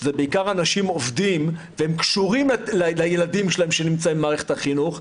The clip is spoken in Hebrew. שזה בעיקר אנשים עובדים והם קשורים לילדים שלהם שנמצאים במערכת החינוך,